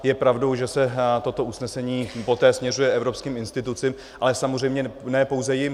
Je pravdou, že se toto usnesení poté směřuje evropským institucím, ale samozřejmě ne pouze jim.